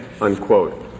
unquote